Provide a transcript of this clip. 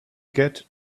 get